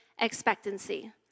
expectancy